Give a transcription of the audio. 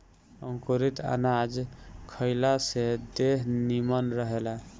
अंकुरित अनाज खइला से देह निमन रहेला